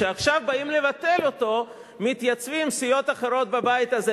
כשעכשיו באים לבטל אותו מתייצבות סיעות אחרות בבית הזה,